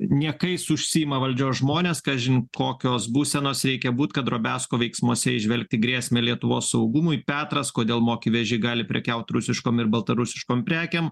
niekais užsiima valdžios žmonės kažin kokios būsenos reikia būt kad drobesko veiksmuose įžvelgti grėsmę lietuvos saugumui petras kodėl moki veži gali prekiaut rusiškom ir baltarusiškom prekėm